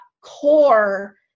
core